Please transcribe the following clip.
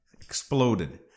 exploded